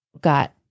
got